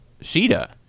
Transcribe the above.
Sheeta